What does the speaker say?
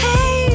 Hey